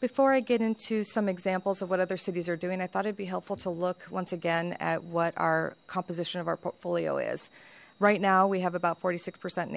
before i get into some examples of what other cities are doing i thought it'd be helpful to look once again at what our composition of our portfolio is right now we have about forty six percent